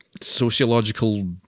sociological